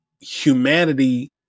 humanity